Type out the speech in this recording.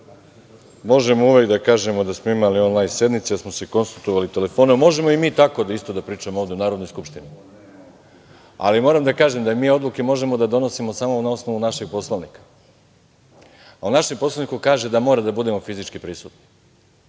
Dačiću. Možemo uvek da kažemo da smo imali on lajn sednice, da smo se konsultovali telefonom. Možemo i mi tako isto da pričamo ovde u Narodnoj skupštini, ali moram da kažem da mi odluke možemo da donosimo samo na osnovu našeg Poslovnika, a u našem Poslovniku kaže da moramo da budemo fizički prisutni.